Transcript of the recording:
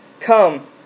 Come